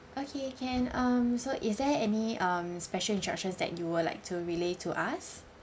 okay can um so is there any um special instructions that you would like to relay to us